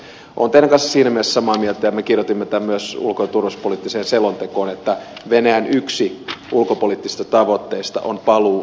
olen teidän kanssanne siinä mielessä samaa mieltä ja me kirjoitimme tämän myös ulko ja turvallisuuspoliittiseen selontekoon että venäjän yksi ulkopoliittisista tavoitteista on paluu suurvalta asemaan